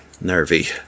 nervy